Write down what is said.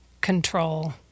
control